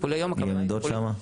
ועמדות שמה?